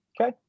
Okay